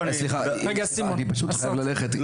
אני פשוט חייב ללכת,